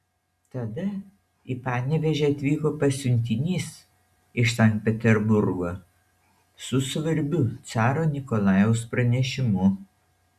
tada į panevėžį atvyko pasiuntinys iš sankt peterburgo su svarbiu caro nikolajaus pranešimu